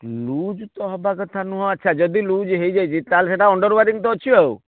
lose ତ ହେବା କଥା ନୁହଁ ଆଚ୍ଛା ଯଦି ଲୁଜ୍ ହେଇଯାଇଛି ତାହେଲେ ସେଟା ଅଣ୍ଡର୍ ୱାରେଣ୍ଟି ତ ଅଛି ଆଉ